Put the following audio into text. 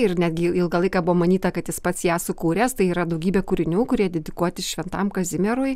ir netgi ilgą laiką buvo manyta kad jis pats ją sukūręs tai yra daugybė kūrinių kurie dedikuoti šventam kazimierui